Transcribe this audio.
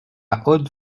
haute